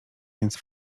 więc